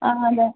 ಹಾಂ ಅದೆ